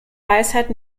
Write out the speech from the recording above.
weisheit